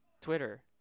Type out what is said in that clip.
Twitter